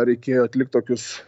reikėjo atlikt tokius